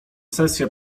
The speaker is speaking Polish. sesja